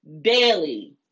daily